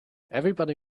everybody